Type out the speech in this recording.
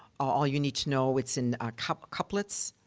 all you need to know it's in kind of couplets,